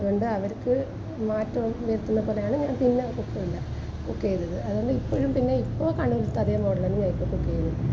അതുകൊണ്ട് അവർക്ക് മാറ്റവും വരുത്തുന്നത് പോലെയാണ് ഞാൻ പിന്നെ കുക്ക് ചെയ്തില്ല കുക്ക് ചെയ്തത് അതുകൊണ്ട് ഇപ്പഴും പിന്നെ ഇപ്പോൾ കണ്ണൂരിലത്തെ അതേ മോഡല് തന്നെയാണ് ഇപ്പോൾ കുക്ക് ചെയ്യുന്നത്